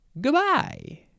Goodbye